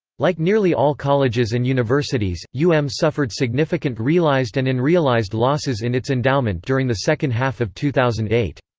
like nearly all colleges and universities, u m suffered significant realized and unrealized losses in its endowment during the second half of two thousand and eight.